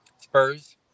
spurs